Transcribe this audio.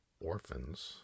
orphans